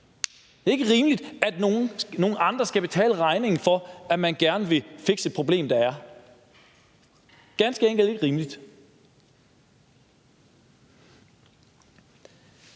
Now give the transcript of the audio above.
Det er ikke rimeligt, at nogle andre skal betale regningen for, at man gerne vil fikse et problem – det er ganske enkelt ikke rimeligt.